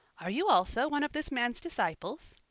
are you also one of this man's disciples?